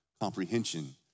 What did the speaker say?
comprehension